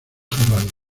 cerrados